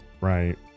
Right